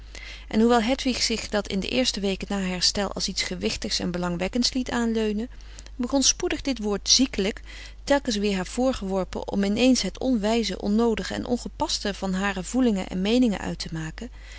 en hoewel hedwig zich dat in de eerste weken na haar herstel als iets gewichtigs en belangwekkends liet aanleunen begon spoedig dit woord ziekelijk tekens weer haar voorgeworpen om in eens het onwijze onnoodige en ongepaste van hare voelingen en meeningen uit te maken